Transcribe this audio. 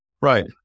Right